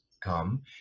come